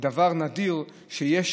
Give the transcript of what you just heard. דבר נדיר שיש,